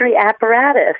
apparatus